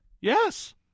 Yes